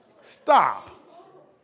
Stop